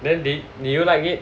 then did did you like it